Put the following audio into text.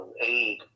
aid